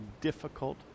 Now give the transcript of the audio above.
difficult